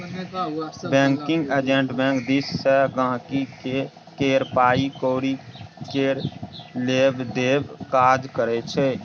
banking agent bank दिस सँ गांहिकी केर पाइ कौरी केर लेब देबक काज करै छै